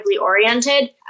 oriented